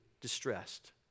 distressed